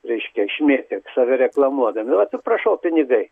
reiškia išmėtė save reklamuodami o vat ir prašau pinigai